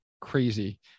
crazy